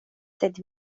sed